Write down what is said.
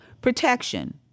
protection